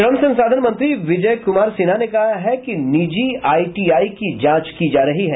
श्रम संसाधन मंत्री विजय कुमार सिन्हा ने कहा है कि निजी आईटीआई की जांच की जा रही है